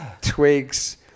twigs